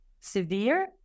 severe